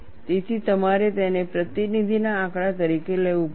તેથી તમારે તેને પ્રતિનિધિના આંકડા તરીકે લેવું પડશે